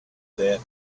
that